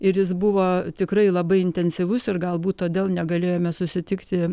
ir jis buvo tikrai labai intensyvus ir galbūt todėl negalėjome susitikti